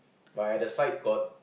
but at the side got